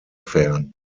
fern